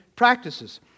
practices